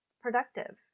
productive